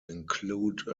include